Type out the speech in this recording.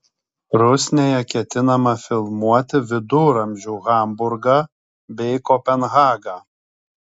rusnėje ketinama filmuoti viduramžių hamburgą bei kopenhagą